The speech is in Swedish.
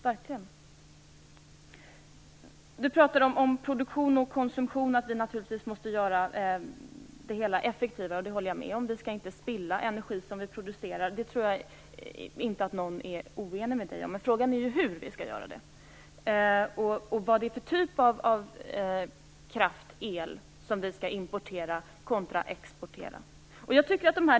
Ministern talade om produktion och konsumtion och sade att vi naturligtvis måste göra det hela effektivare. Det håller jag med om - vi skall inte spilla energi som vi producerar. Jag tror inte att någon är oenig med ministern om det. Men frågan är hur vi skall göra det och vilken typ av kraft och el vi skall importera repsektive exportera.